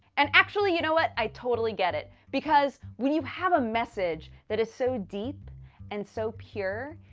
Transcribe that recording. and actually, you know what? i totally get it. because when you have a message that is so deep and so pure,